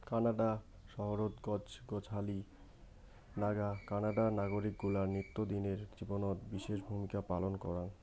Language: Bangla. কানাডা শহরত গছ গছালি নাগা কানাডার নাগরিক গুলার নিত্যদিনের জীবনত বিশেষ ভূমিকা পালন কারাং